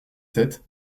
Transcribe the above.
sept